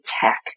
tech